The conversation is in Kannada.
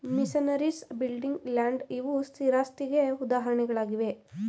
ಮಿಷನರೀಸ್, ಬಿಲ್ಡಿಂಗ್, ಲ್ಯಾಂಡ್ ಇವು ಸ್ಥಿರಾಸ್ತಿಗೆ ಉದಾಹರಣೆಯಾಗಿವೆ